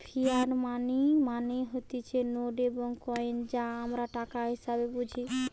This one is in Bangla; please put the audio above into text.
ফিয়াট মানি মানে হতিছে নোট এবং কইন যা আমরা টাকা হিসেবে বুঝি